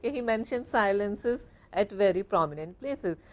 ah he mentions silences at very prominent places.